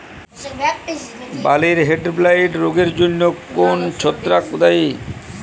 বার্লির হেডব্লাইট রোগের জন্য কোন ছত্রাক দায়ী?